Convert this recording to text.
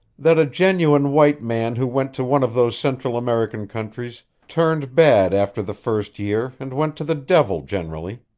that a genuine white man who went to one of those central american countries turned bad after the first year and went to the devil generally.